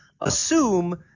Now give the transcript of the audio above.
assume